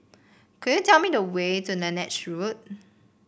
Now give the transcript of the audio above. could you tell me the way to Lange Road